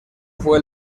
fue